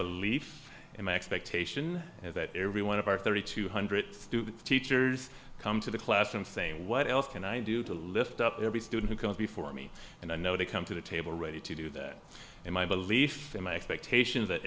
belief and my expectation is that every one of our thirty two hundred teachers come to the classroom saying what else can i do to lift up every student who comes before me and i know to come to the table ready to do that in my belief in my expectation that